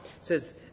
says